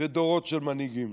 ודורות של מנהיגים.